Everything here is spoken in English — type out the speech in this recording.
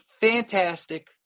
fantastic